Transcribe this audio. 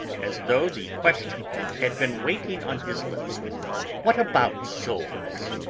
as though the question had been waiting on his lips what about souls?